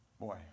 Boy